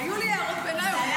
והיו לי הערות ביניים,